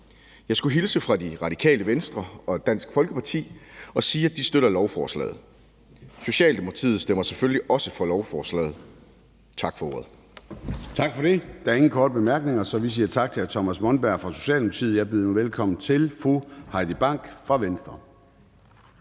Jeg skulle hilse fra Radikale Venstre og Dansk Folkeparti og sige, at de støtter lovforslaget. Socialdemokratiet stemmer selvfølgelig også for lovforslaget. Tak for ordet. Kl. 20:00 Formanden (Søren Gade): Tak for det. Der er ingen korte bemærkninger, så vi siger tak til hr. Thomas Monberg fra Socialdemokratiet. Jeg byder nu velkommen til fru Heidi Bank fra Venstre.